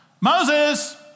Moses